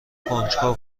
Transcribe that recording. کنجکاو